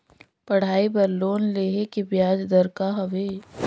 पढ़ाई बर लोन लेहे के ब्याज दर का हवे?